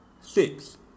six